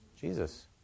Jesus